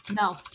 no